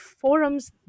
forums